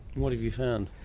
what have you found?